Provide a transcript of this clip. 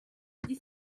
dix